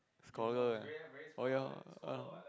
scholar eh oh ya ah